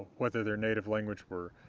whether their native language were